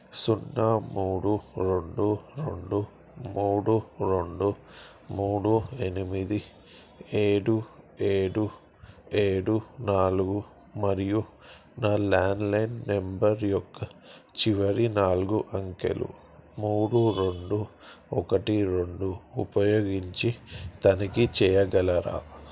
సున్నా మూడు రెండు రెండు మూడు రెండు మూడు ఎనిమిది ఏడు ఏడు ఏడు నాలుగు మరియు నా ల్యాండ్లైన్ నంబర్ యొక్క చివరి నాలుగు అంకెలు మూడు రెండు ఒకటి రెండు ఉపయోగించి తనిఖీ చేయగలరా